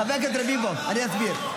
חבר הכנסת רביבו, אני אסביר.